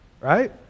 Right